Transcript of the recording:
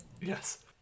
Yes